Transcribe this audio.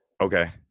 okay